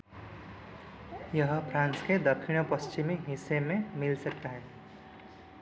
यह फ्रांस के दक्षिण और पश्चिमी हिस्से में मिल सकता है